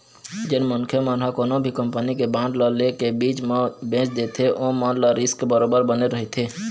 जेन मनखे मन ह कोनो भी कंपनी के बांड ल ले के बीच म बेंच देथे ओमन ल रिस्क बरोबर बने रहिथे